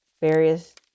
Various